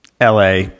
LA